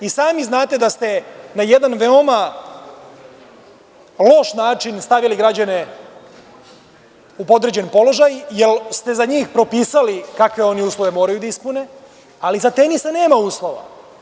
I sami znate da ste na jedan veoma loš način stavili građane u podređen položaj, jer ste za njih propisali kakve oni uslove moraju da ispune, ali za Tenisa nema uslova.